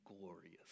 glorious